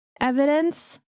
evidence